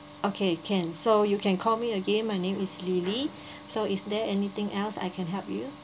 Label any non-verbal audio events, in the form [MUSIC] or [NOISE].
okay can so you can call me again my name is lily [BREATH] so is there anything else I can help you